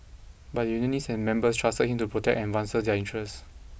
but the unionists and members trusted him to protect and advance their interests